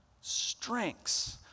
strengths